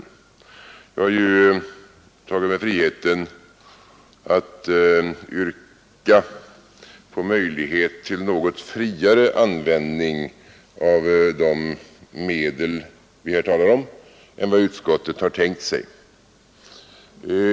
Jag har ju tillåtit mig att yrka på möjlighet till något friare användning av de medel vi här talar om än vad utskottet tänkt sig.